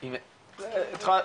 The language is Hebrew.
אם --- תודה,